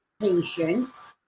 patients